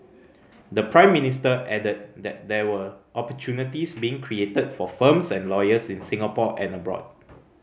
the Prime Minister added that there were opportunities being created for firms and lawyers in Singapore and abroad